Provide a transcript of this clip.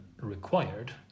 required